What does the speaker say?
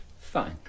Fine